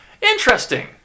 Interesting